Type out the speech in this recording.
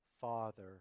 father